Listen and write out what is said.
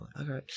Okay